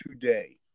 today